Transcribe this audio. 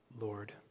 Lord